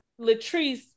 Latrice